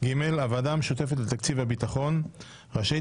(ג)הוועדה המשותפת לתקציב הביטחון רשאית